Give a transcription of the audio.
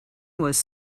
was